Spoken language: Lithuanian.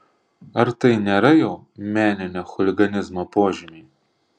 ar tai nėra jau meninio chuliganizmo požymiai